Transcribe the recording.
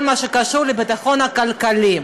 וגם בכל מה שקשור לביטחון כלכלי,